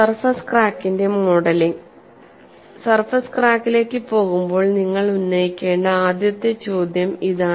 surface ക്രാക്കിന്റെ modelling surface ക്രാക്കിലേക്ക് പോകുമ്പോൾ നിങ്ങൾ ഉന്നയിക്കേണ്ട ആദ്യത്തെ ചോദ്യം ഇതാണ്